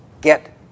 get